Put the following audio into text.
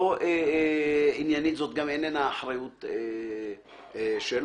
זו גם אינה אחריות שלו.